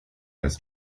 has